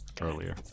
earlier